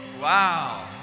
Wow